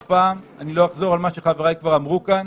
פעם אני לא אחזור על מה שחברי כבר אמרו כאן